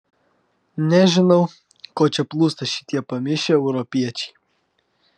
nežinau ko čia plūsta šitie pamišę europiečiai